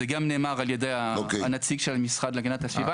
זה גם נאמר על ידי הנציג של המשרד להגנת הסביבה,